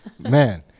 Man